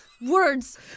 Words